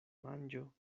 manĝo